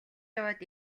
яваад